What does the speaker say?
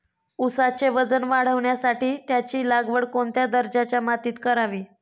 ऊसाचे वजन वाढवण्यासाठी त्याची लागवड कोणत्या दर्जाच्या मातीत करावी?